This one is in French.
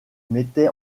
mettait